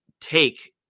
take